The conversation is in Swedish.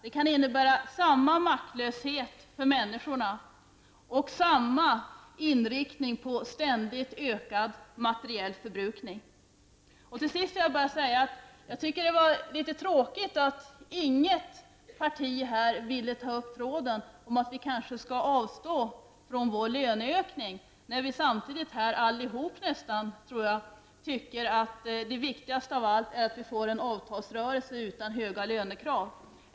Den kan innebära samma maktlöshet för människorna och samma inriktning på ständigt ökad materiell förbrukning. Till sist vill jag bara säga att jag tycker det var tråkigt att inget parti här ville ta upp tråden om att vi kanske skulle avstå från vår löneökning, eftersom -- tror jag -- nästan allihop här anser att det viktigaste är att vi får en avtalsrörelse utan höga lönekrav.